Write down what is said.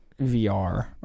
vr